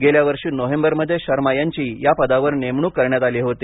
गेल्या वर्षी नोव्हेंबरमध्ये शर्मा यांची या पदावर नेमणूक करण्यात आली होती